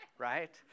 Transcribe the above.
Right